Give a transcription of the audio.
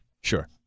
Sure